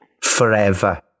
Forever